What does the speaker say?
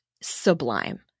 sublime